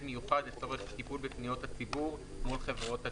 מיוחד לצורך טיפול בפניות הציבור מול חברות התעופה.